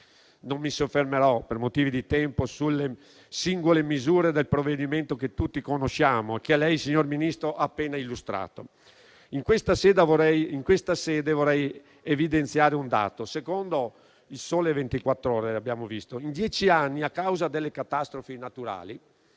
Non mi soffermerò, per motivi di tempo, sulle singole misure del provvedimento, che tutti conosciamo e che lei, signor Ministro, ha appena illustrato. In questa sede vorrei evidenziare un dato. Secondo «Il Sole 24 Ore», in dieci anni, a causa delle catastrofi naturali,